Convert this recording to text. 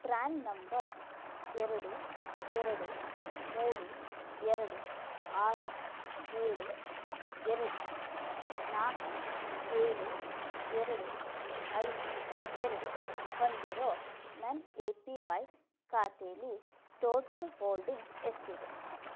PRAN number ಎರಡು ಎರಡು ಮೂರು ಎರಡು ಆರು ಏಳು ಎರಡು ನಾಲ್ಕು ಏಳು ಎರಡು ಐದು ಎರಡು ಹೊಂದಿರೋ ನನ್ನ ಎ ಪಿ ವೈ ಖಾತೆಯಲ್ಲಿ ಟೋಟಲ್ ಹೋಲ್ಡಿಂಗ್ ಎಷ್ಟಿದೆ